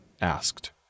asked